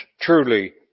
truly